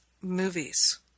movies